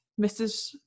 Mrs